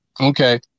Okay